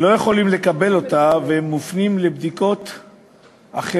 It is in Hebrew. לא יכולים לעבור אותה והם מופנים לבדיקות אחרות,